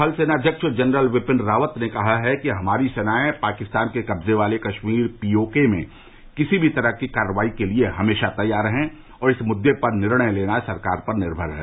थलसेना अध्यक्ष जनरल बिपिन रावत ने कहा है कि हमारी सेनाएं पाकिस्तान के कब्जे वाले कश्मीर पीओके में किसी भी तरह की कार्रवाई के लिए हमेशा तैयार है और इस मुद्दे पर निर्णय लेना सरकार पर निर्भर है